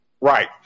Right